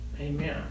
Amen